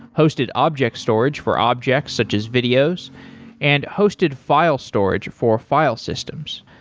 hosted object storage for objects such as videos and hosted file storage for file systems.